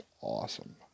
awesome